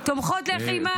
תומכות לחימה.